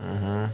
mmhmm